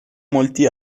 molti